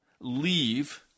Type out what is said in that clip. leave